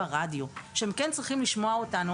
שהם כן צריכים לשמוע אותנו,